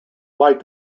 liked